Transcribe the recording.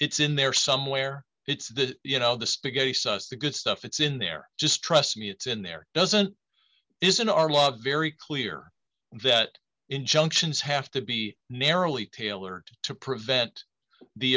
it's in there somewhere it's that you know the spaghetti sauce the good stuff it's in there just trust me it's in there doesn't isn't our law very clear that injunctions have to be narrowly tailored to prevent the